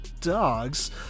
dogs